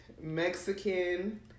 Mexican